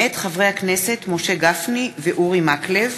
מאת חברי הכנסת משה גפני ואורי מקלב,